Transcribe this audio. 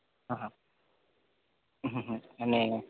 હા હા હ હ હ અને